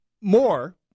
more